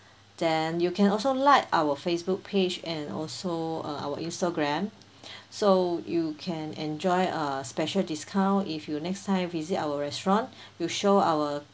then you can also like our Facebook page and also uh our Instagram so you can enjoy a special discount if you next time visit our restaurant you show our